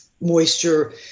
moisture –